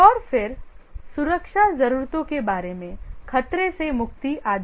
और फिर सुरक्षा जरूरतों के बारे में खतरे से मुक्ति आदि